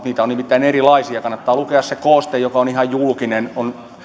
niitä on nimittäin erilaisia kannattaa lukea se kooste joka on ihan julkinen